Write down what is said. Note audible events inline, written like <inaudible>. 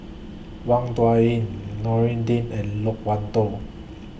Wang Dayuan <unintelligible> Din and Loke Wan Tho